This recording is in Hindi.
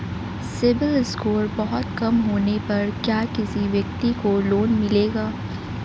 सिबिल स्कोर बहुत कम होने पर क्या किसी व्यक्ति को लोंन मिलेगा?